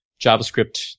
javascript